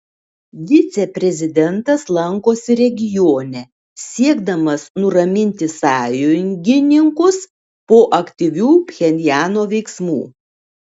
viceprezidentas lankosi regione siekdamas nuraminti sąjungininkus po aktyvių pchenjano veiksmų